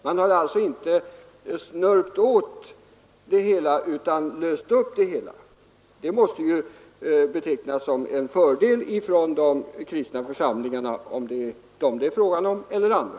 Man har inte snörpt åt utan snarare löst upp det hela, och det måste betecknas som en fördel av de kristna församlingarna — om det är dem det är fråga om — och andra.